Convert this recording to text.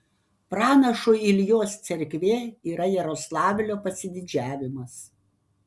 pranašo iljos cerkvė yra jaroslavlio pasididžiavimas